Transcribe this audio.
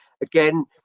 again